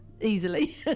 easily